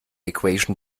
equation